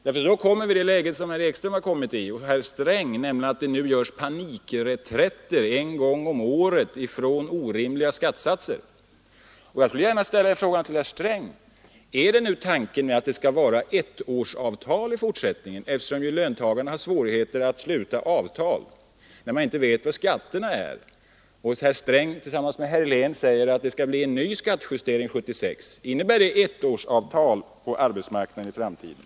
Då hamnar vi i det läge som herr Ekström och herr Sträng har gjort, nämligen att som nu få göra panikreträtter från orimliga skattesatser en gång om året. Jag skulle gärna vilja ställa en fråga till herr Sträng: Är tanken nu att det skall vara ettårsavtal i fortsättningen? Löntagarna har svårigheter att sluta avtal, när de inte vet hur skatterna kommer att bli. Herr Sträng säger, tillsammans med herr Helén, att det skall bli en ny skattejustering 1976. Innebär det ettårsavtal på arbetsmarknaden i framtiden?